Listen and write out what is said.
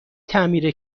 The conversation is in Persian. تعمیر